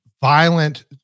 violent